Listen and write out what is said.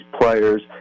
players